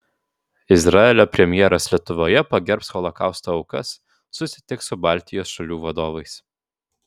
izraelio premjeras lietuvoje pagerbs holokausto aukas susitiks su baltijos šalių vadovais